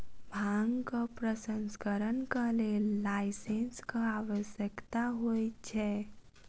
भांगक प्रसंस्करणक लेल लाइसेंसक आवश्यकता होइत छै